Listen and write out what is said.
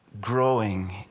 growing